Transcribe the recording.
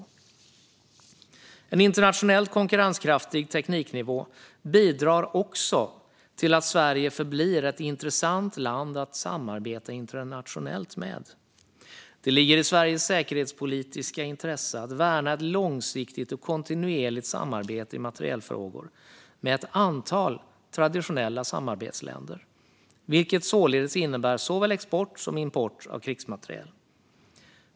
En internationellt konkurrenskraftig tekniknivå bidrar också till att Sverige förblir ett intressant land att samarbeta internationellt med. Det ligger i Sveriges säkerhetspolitiska intresse att värna ett långsiktigt och kontinuerligt samarbete i materielfrågor med ett antal traditionella samarbetsländer, vilket således innebär såväl export som import av krigsmateriel.